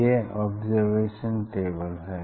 यह observation table है